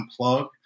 unplug